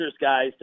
guys